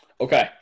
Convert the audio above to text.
Okay